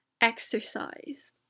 exercise